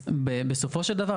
אז בסופו של דבר,